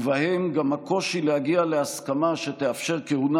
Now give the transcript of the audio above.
ובהם גם הקושי להגיע להסכמה שתאפשר כהונה